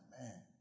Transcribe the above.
man